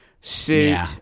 suit